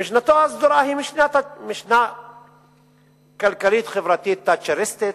משנתו הסדורה היא משנה כלכלית-חברתית תאצ'ריסטית.